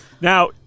Now